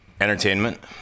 Entertainment